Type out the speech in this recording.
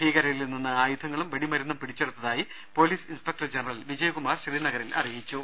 ഭൂീകരരിൽ നിന്നും ആയുധങ്ങളും വെടിമരുന്നും പിടിച്ചെടുത്തായി police inspector general Vijaykumar ശ്രീനഗറിൽ അറിയിച്ചു